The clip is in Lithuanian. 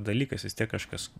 dalykas vis tiek kažkas